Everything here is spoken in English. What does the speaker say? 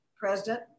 President